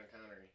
Connery